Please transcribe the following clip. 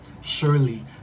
surely